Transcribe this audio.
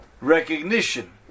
recognition